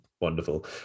wonderful